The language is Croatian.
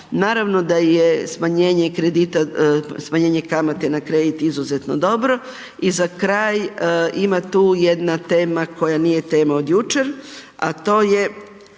Naravno da je smanjenje kamate na kredit izuzetno dobro i za kraj, ima tu jedna tema koja nije tema od jučer, a to je,